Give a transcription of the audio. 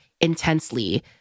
intensely